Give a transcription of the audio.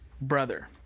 brother